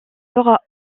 sera